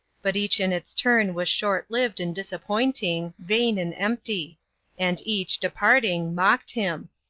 but each in its turn was short-lived and disappointing, vain and empty and each, departing, mocked him.